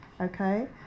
Okay